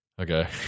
Okay